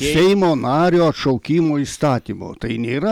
seimo nario atšaukimo įstatymu tai nėra